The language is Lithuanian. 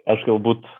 aš galbūt